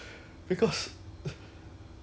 like 不懂要给谁是不是